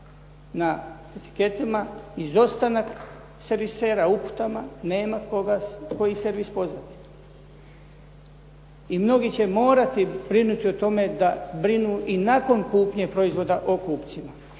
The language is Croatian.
na etiketama izostanak servisera. U uputama nema koji servis pozvati. I mnogi će morati brinuti o tome da brinu i nakon kupnje proizvoda o kupcima